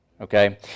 Okay